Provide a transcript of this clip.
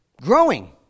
Growing